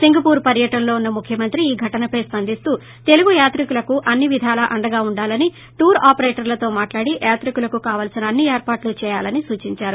Singapore పర్యటనలో వున్న ముఖ్యమంత్రి ఈ ఘటనపై స్పందింస్తూ తెలుగు యాత్రీకులకు అన్ని విధాలా అండగా ఉండాలని టూర్ ఆపరేటర్లతో మాట్లాడి యాత్రీకులకు కావాల్సిన అన్ని ఏర్పాట్లు చేయాలని సూచించారు